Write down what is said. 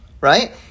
right